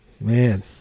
man